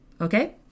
Okay